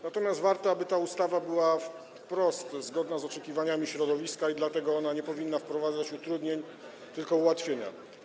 Natomiast warto, aby ta ustawa była wprost zgodna z oczekiwaniami środowiska, dlatego powinna wprowadzać nie utrudnienia, tylko ułatwienia.